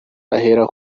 ahera